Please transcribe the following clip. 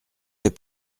fait